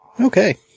Okay